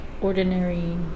ordinary